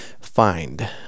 find